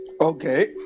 Okay